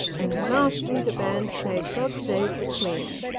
and lastly the band played god save the queen,